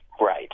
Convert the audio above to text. Right